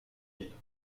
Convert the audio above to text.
villas